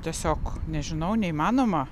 tiesiog nežinau neįmanoma